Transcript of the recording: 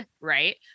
right